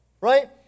right